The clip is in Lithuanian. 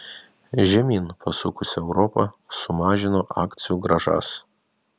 žemyn pasukusi europa sumažino akcijų grąžas